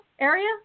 area